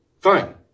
Fine